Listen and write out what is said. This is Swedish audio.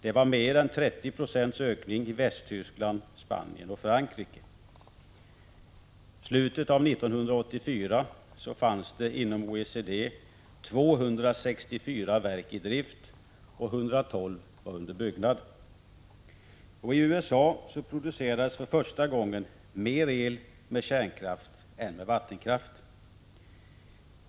Det var mer än 30 96 ökning i Västtyskland, Spanien och Frankrike. I slutet av 1984 fanns det inom OECD 264 verk i drift och 112 under byggnad. I USA producerades för första gången mer el med kärnkraft än med vattenkraft.